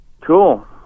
Cool